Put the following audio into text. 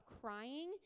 crying